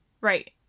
Right